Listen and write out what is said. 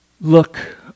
look